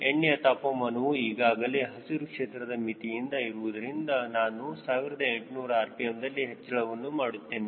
ಎಣ್ಣೆಯ ತಾಪಮಾನವು ಈಗಾಗಲೇ ಹಸಿರು ಕ್ಷೇತ್ರದ ಮಿತಿಯಲ್ಲಿ ಇರುವುದರಿಂದ ನಾನು 1800 rpm ದಲ್ಲಿ ಹೆಚ್ಚಳವನ್ನು ಮಾಡುತ್ತೇನೆ